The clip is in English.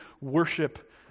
worship